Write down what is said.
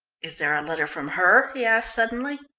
is there a letter from her? he asked suddenly.